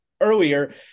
earlier